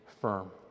firm